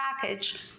package